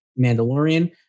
Mandalorian